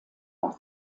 ort